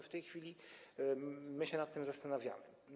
W tej chwili my się nad tym zastanawiamy.